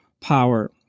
power